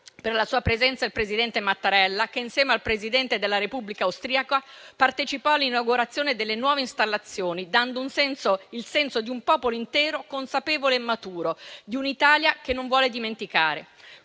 per la sua presenza il presidente Mattarella, che, insieme al Presidente della Repubblica austriaca, partecipò all'inaugurazione delle nuove installazioni, dando il senso di un popolo intero consapevole e maturo, di un'Italia che non vuole dimenticare.